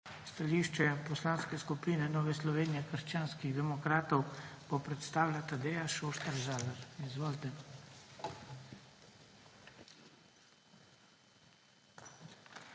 Stališče Poslanske skupine Nove Slovenije - krščanskih demokratov bo predstavila Tadeja Šuštar Zalar. Izvolite.